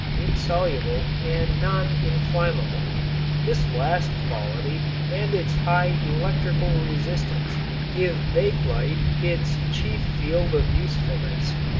insoluble and non-inflammable. this last quality and its high electrical resistance give bakelite its chief field of usefulness.